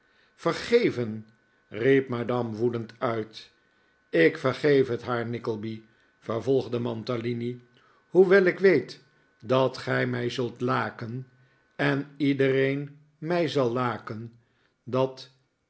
vergeven riep madame woedend uit ik vergeef het haar nickleby vervolgde mantalini hoewel ik weet dat gij mij zult laken en iedereen mij zal laken dat